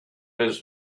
his